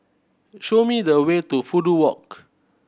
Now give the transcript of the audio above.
show me the way to Fudu Walk